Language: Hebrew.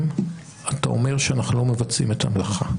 אתה אומר שאנחנו לא מבצעים את המלאכה.